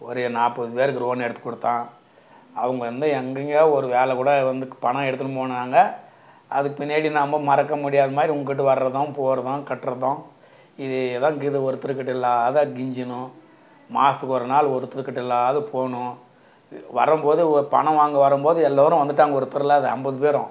ஒரு நாற்பது பேருக்கு ரோன் எடுத்துக் கொடுத்தான் அவங்க வந்து எங்கெங்கேயோ ஒரு வேலை கூட வந்து க் பணம் எடுத்துன்னு போனாங்க அதுக் பின்னாடி நாம்ப மறக்க முடியாத மாதிரி உங்கள்கிட்ட வர்றதும் போறதும் கட்றதும் இதேதான் கீது ஒருத்தருக்கிட்ட இல்லாத கெஞ்சணும் மாசத்துக்கு ஒரு நாள் ஒருத்தருக்கிட்ட இல்லாது போகனும் வரம்போதே ஓ பணம் வாங்க வரம்போது எல்லோரும் வந்துவிட்டாங்க ஒருத்தர் இல்லாத ஐம்பது பேரும்